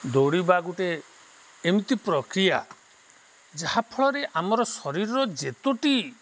ଦୌଡ଼ିବା ଗୋଟେ ଏମିତି ପ୍ରକ୍ରିୟା ଯାହା ଫଳରେ ଆମର ଶରୀରର ଯେତୋଟି